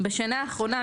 בשנה האחרונה,